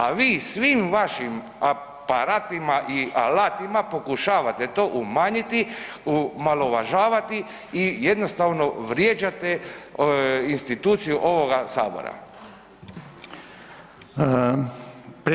A vi svim vašim aparatima i alatima pokušavate to umanjiti, omalovažavati i jednostavno vrijeđate instituciju ovoga Sabora.